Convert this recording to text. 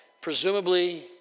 presumably